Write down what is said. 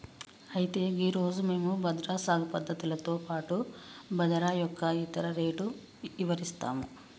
అయితే గీ రోజు మేము బజ్రా సాగు పద్ధతులతో పాటు బాదరా యొక్క ఇత్తన రేటు ఇవరిస్తాము